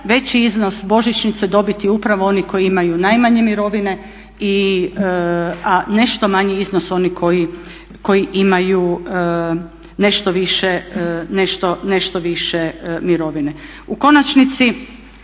veći iznos božićnice dobiti upravo oni koji imaju najmanje mirovine a nešto manji iznos oni koji imaju nešto više mirovine. U konačnici